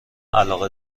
علاقه